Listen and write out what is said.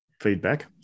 feedback